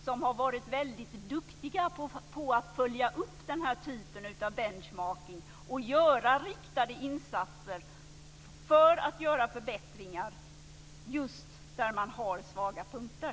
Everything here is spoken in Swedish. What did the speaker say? Där har man varit väldigt duktig på att följa upp den här typen av bench marking och göra riktade insatser för att göra förbättringar just där man har svaga punkter.